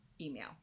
email